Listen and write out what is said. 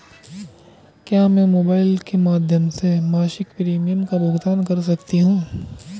क्या मैं मोबाइल के माध्यम से मासिक प्रिमियम का भुगतान कर सकती हूँ?